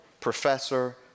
professor